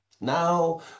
Now